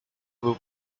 był